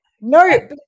No